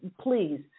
please